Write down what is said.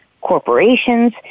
Corporations